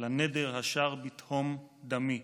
לנדר / השר בתהום דמי".